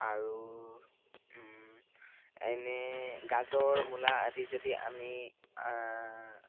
আৰু এনে গাজৰ মূলা আদি যদি আমি